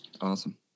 Awesome